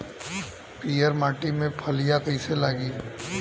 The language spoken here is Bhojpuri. पीयर माटी में फलियां कइसे लागी?